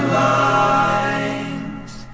lines